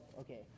okay